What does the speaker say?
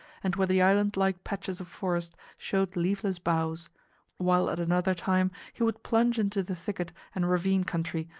and where the island-like patches of forest showed leafless boughs while at another time he would plunge into the thicket and ravine country,